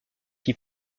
qui